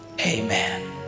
Amen